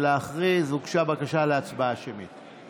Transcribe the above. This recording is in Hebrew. הוגשה בקשה להצבעה שמית.